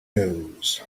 news